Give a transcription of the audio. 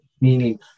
meaning